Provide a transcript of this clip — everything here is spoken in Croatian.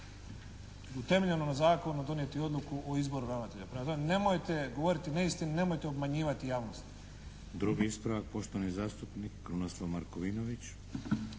utemeljeno na zakonu donijeti odluku o izboru ravnatelja. Prema tome, nemojte govoriti neistinu, nemojte obmanjivati javnost.